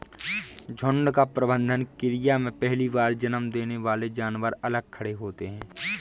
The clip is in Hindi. झुंड का प्रबंधन क्रिया में पहली बार जन्म देने वाले जानवर अलग खड़े होते हैं